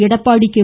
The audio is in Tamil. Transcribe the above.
எடப்பாடி கே